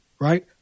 Right